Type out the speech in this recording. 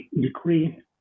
decree